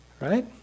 Right